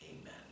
Amen